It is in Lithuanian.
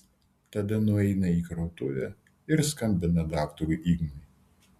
tada nueina į krautuvę ir skambina daktarui ignui